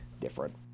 different